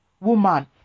Woman